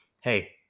hey